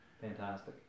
Fantastic